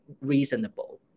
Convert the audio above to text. reasonable